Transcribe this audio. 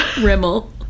Rimmel